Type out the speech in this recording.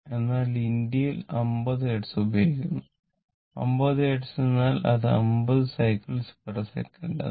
എന്നാൽ India 50 hertz ഉപയോഗിക്കുന്നു 50 hertz എന്നാൽ അത് 50 സൈക്കിൾസ്സെക്കന്റ്cyclessec എന്നാണ്